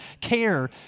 care